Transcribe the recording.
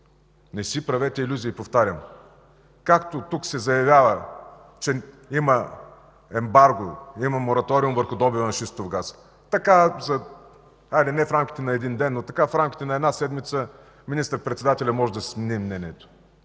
Не си правете илюзии, повтарям. Както тук се заявява, че има ембарго, има мораториум върху добива на шистов газ, така хайде не в рамките на един ден, но в рамките на една седмица министър-председателят може да си смени мнението.